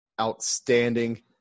outstanding